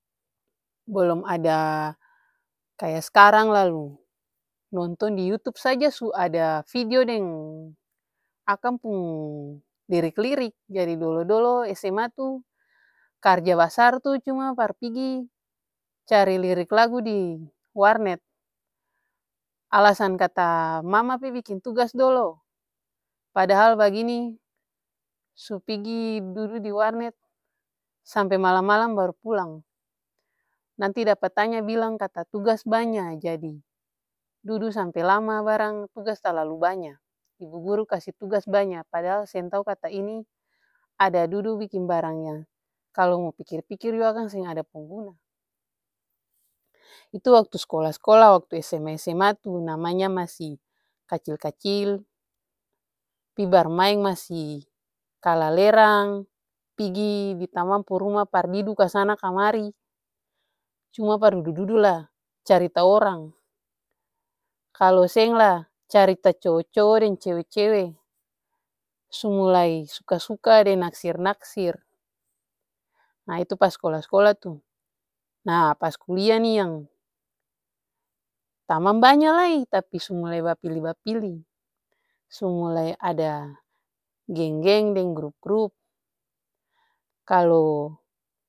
Balong ada kaya skarang lalu, nonton di yutub saja suada vidio deng akang pung lirik-lirik. Jadi dolo-dolo sma tuh karja basar tuh cuma par pigi cari lirik lagu diwarnet alasan kata mama pi biking tugas dolo padahal bagini supigi dudu diwarnet sampe malam-malam baru pulang. Nanti dapa tanya bilang kata tugas banya jadi dudu sampe lama barang tugas talalu banya. Ibu guru kasi tugas banya padahal seng tau kata ini ada dudu biking barang yang kalu mo pikir-pikir jua akang seng ada pung guna. Itu waktu skola-skola waktu sma, sma tuh namanya masi kacil-kacil pi barmaeng masi kalelerang, pigi ditamang pung ruma pardidu kasana kamari cuma par dudu-dudu lah carita orang. Kalu seng lah carita cowo-cowo deng cewe-cewe, sumulai suka-suka deng naksir-naksir, nah itu pas skola-skola tuh. Nah pas kulia nih yang tamang banya lai tapi sumulai bapili-bapili, sumulai ada geng-geng deng grup-grup kalu.